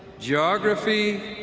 geography,